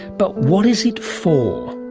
but what is it for?